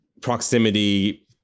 proximity